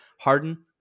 Harden